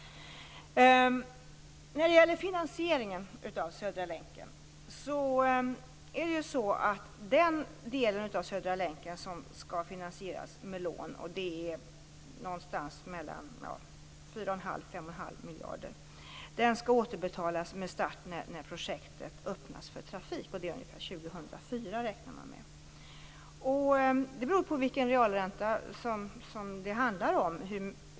En del av Södra länken skall finansieras med lån på någonstans mellan fyra och en halv och fem och en halv miljarder, och det skall återbetalas när projektet är klart och det öppnas för trafik. Man räknar med att det sker år 2004.